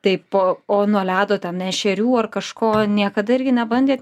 taip po o nuo ledo ten ešerių ar kažko niekada irgi nebandėt